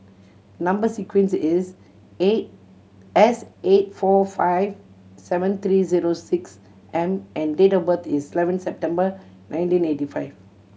number sequence is A S eight four five seven three zero six M and date of birth is eleven September nineteen eighty five